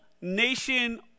nation